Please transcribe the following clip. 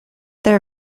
their